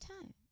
time